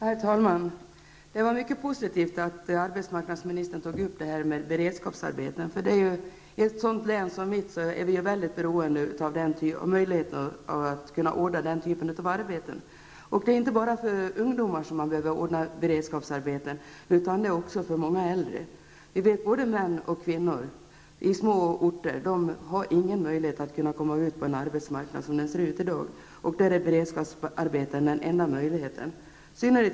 Herr talman! Det var mycket positivt att arbetsmarknadsministern tog upp beredskapsarbeten, då vi i ett sådant län som mitt är mycket beroende av möjligheten att kunna ordna den typen av arbeten. Det är inte bara för ungdomar som det behövs beredskapsarbeten, utan också för många äldre. På små orter har varken män eller kvinnor någon möjlighet att komma ut på arbetsmarknaden som den ser ut i dag, och då är beredskapsarbeten den enda möjligheten.